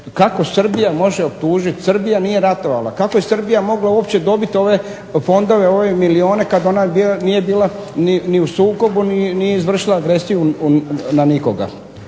kako Srbija može optužiti. Srbija nije ratovala. Kako je Srbija mogla uopće dobiti ove fondove, ove milijune kad ona nije bila ni u sukobu ni nije izvršila agresiju na nikoga.